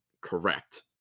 correct